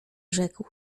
rzekł